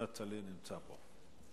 כצל'ה נמצא פה.